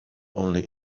only